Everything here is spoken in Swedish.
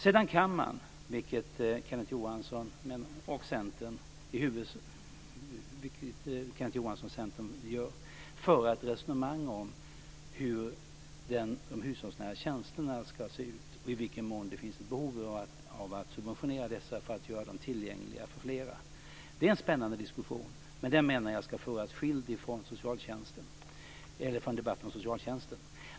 Vidare kan man, som Kenneth Johansson och Centern gör, föra ett resonemang om hur de hushållsnära tjänsterna ska se ut och i vilken mån det finns behov av att subventionera dessa för att göra dem tillgängliga för flera. Det är en spännande diskussion, men jag menar att den ska föras åtskild från debatten om socialtjänsten.